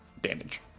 damage